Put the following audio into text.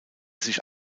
sich